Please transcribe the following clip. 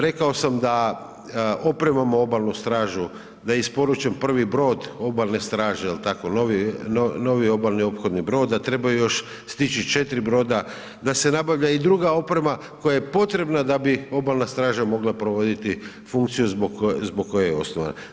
Rekao sam da opremamo obalnu stražu, da je isporučen prvi brod obalne straže jel tako, novi obalni ophodni brod, a trebaju još stići 4 broda, da se nabavlja i druga oprema koja je potrebna da bi obalna straža mogla provoditi funkciju zbog koje je osnovana.